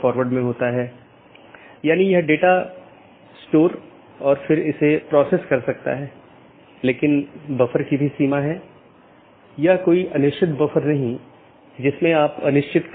एक विशेष उपकरण या राउटर है जिसको BGP स्पीकर कहा जाता है जिसको हम देखेंगे